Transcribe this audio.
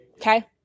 Okay